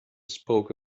spoke